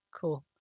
Cool